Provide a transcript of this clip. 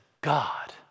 God